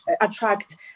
attract